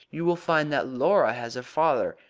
you will find that laura has a father,